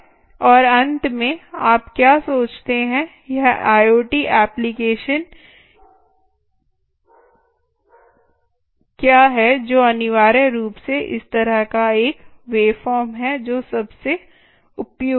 और अंत में आप क्या सोचते हैं यह आईओटी एप्लीकेशन क्या है जो अनिवार्य रूप से इस तरह का एक वेवफॉर्म है जो सबसे उपयुक्त है